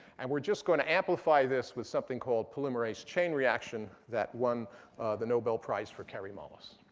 and we're just going to amplify this with something called polymerase chain reaction that won the nobel prize for kary mullis.